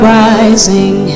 rising